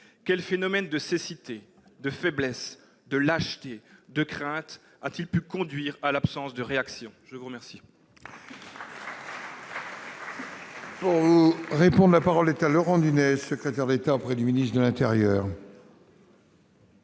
quel phénomène de cécité, de faiblesse, de lâcheté ou de crainte a-t-il pu conduire à l'absence de réaction ? La parole